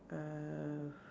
uh